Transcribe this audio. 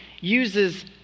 uses